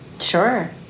Sure